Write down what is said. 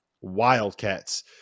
Wildcats